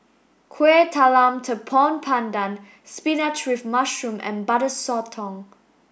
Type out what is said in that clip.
Kueh Talam Tepong Pandan spinach with mushroom and Butter Sotong